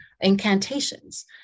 incantations